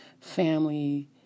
family